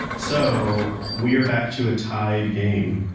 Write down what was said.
so, we are back to a tied game.